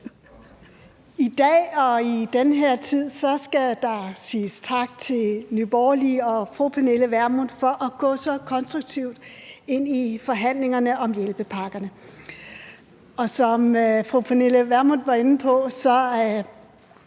I dag og i den her tid skal der siges tak til Nye Borgerlige og fru Pernille Vermund for at gå så konstruktivt ind i forhandlingerne om hjælpepakkerne. Fru Pernille Vermund var inde på det